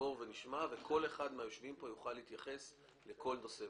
נעבור ונשמע וכל אחד מן היושבים פה יוכל להתייחס לכל נושא.